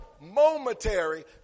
momentary